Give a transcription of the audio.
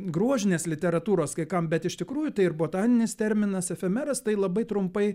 grožinės literatūros kai kam bet iš tikrųjų tai ir botaninis terminas efemeras tai labai trumpai